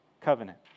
covenant